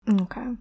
Okay